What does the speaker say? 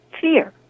fear